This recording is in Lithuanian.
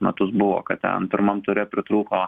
metus buvo kad ten pirmam ture pritrūko